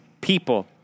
people